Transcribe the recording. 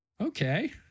okay